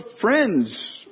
friends